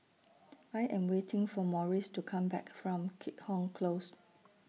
I Am waiting For Morris to Come Back from Keat Hong Close